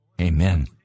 Amen